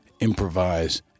improvise